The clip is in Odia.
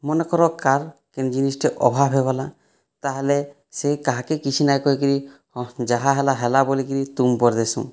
ମନେ କର କାର କେନ୍ ଜିନିଷ୍ଟେ ଅଭାବ ହୋଇଗଲା ତାହେଲେ ସେ କାହାକେ କିଛି ନାଇଁ କହିକିରି ହଁ ଯାହା ହେଲା ହେଲା ବୋଲିକରି ତୁମ ପରିଦେସୁଁ